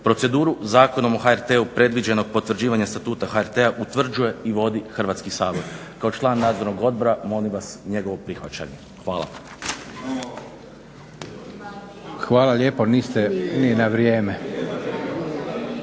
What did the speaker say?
Proceduru Zakonom o HRT-u predviđeno je potvrđivanje statuta HRT-a utvrđuje i vodi Hrvatski sabor. Kao član Nadzornog odbora molim vas njegovo prihvaćanje. Hvala. **Leko, Josip (SDP)**